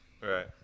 Right